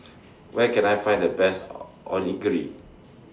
Where Can I Find The Best Onigiri